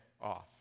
off